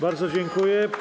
Bardzo dziękuję.